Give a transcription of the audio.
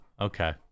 Okay